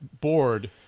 board